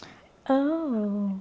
oh